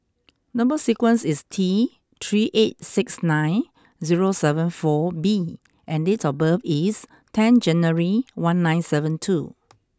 number sequence is T three eight six nine zero seven four B and date of birth is ten January one nine seven two